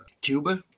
Cuba